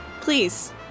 please